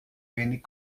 wenig